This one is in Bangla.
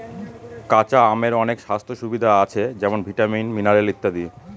কাঁচা আমের অনেক স্বাস্থ্য সুবিধা আছে যেমন ভিটামিন, মিনারেল ইত্যাদি